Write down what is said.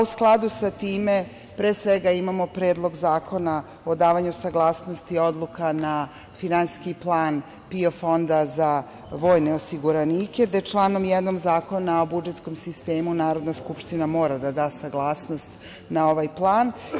U skladu sa time, pre svega imamo Predlog zakona o davanju saglasnosti odluka na Finansijski plan PIO fonda za vojne osiguranike, gde članom 1. Zakona o budžetskom sistemu Narodna skupština mora da da saglasnost na ovaj plan.